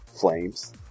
flames